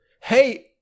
Hey